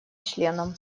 членам